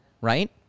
right